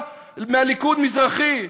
מתי היה מועמד לראש ממשלה מהליכוד מזרחי?